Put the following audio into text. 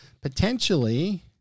potentially